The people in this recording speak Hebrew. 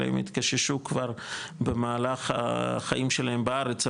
אלא הם התקששו כבר במהלך החיים שלהם בארץ,